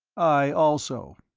i also.